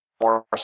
More